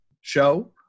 show